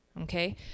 okay